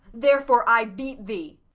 therefore i beat thee.